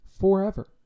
forever